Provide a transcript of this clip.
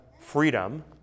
freedom